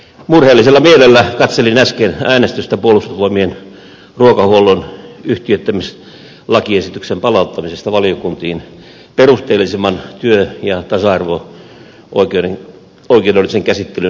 murheellisella mielellä katselin äsken äänestystä puolustusvoimien ruokahuollon yhtiöittämislakiesityksen palauttamisesta valiokuntiin perusteellisemman työ ja tasa arvo oikeudellisen käsittelyn turvaamiseksi